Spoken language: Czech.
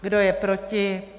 Kdo je proti?